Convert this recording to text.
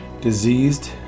diseased